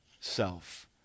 self